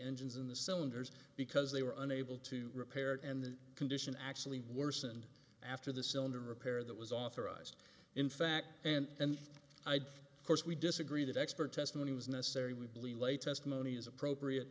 engines in the cylinders because they were unable to repair it and the condition actually worsened after the cylinder repair that was authorized in fact and i'd course we disagree that expert testimony was necessary we believe laid testimony is appropriate